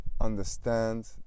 Understand